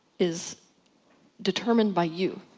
is determined by you.